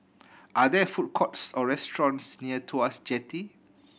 are there food courts or restaurants near Tuas Jetty